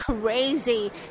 crazy